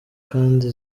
kandi